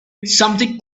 something